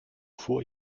vor